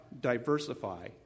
diversify